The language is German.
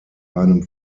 einem